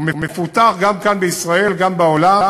הוא מפותח גם כאן, בישראל, וגם בעולם,